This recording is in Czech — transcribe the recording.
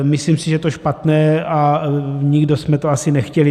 Myslím si, že je to špatné, a nikdo jsme to asi nechtěli.